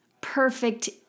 perfect